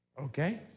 Okay